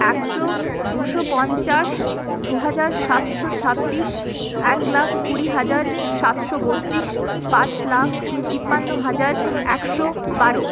একশো দুশো পঞ্চাশ দু হাজার সাতশো ছাব্বিশ এক লাখ কুড়ি হাজার সাতশো বত্রিশ পাঁচ লাখ তিপ্পান্ন হাজার একশো বারো